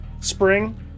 spring